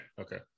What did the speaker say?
okay